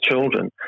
children